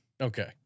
Okay